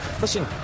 listen